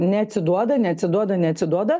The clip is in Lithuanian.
neatsiduoda neatsiduoda neatsiduoda